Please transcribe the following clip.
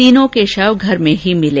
तीनों के शव घर में ही मिले